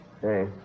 Hey